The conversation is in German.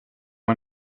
man